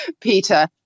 Peter